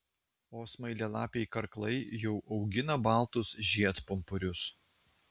o smailialapiai karklai jau augina baltus žiedpumpurius